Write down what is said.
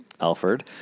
Alfred